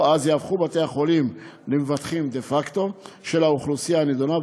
או אז יהפכו בתי-החולים למבטחים דה פקטו של האוכלוסייה הנדונה,